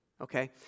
Okay